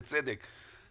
בצדק,